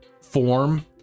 form